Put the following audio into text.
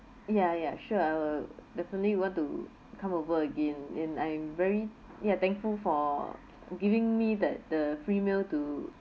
ya ya sure I will definitely want to come over again and I'm very ya thankful for giving me that the free meal to